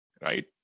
right